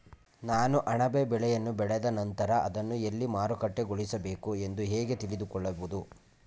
ನಾನು ಅಣಬೆ ಬೆಳೆಯನ್ನು ಬೆಳೆದ ನಂತರ ಅದನ್ನು ಎಲ್ಲಿ ಮಾರುಕಟ್ಟೆಗೊಳಿಸಬೇಕು ಎಂದು ಹೇಗೆ ತಿಳಿದುಕೊಳ್ಳುವುದು?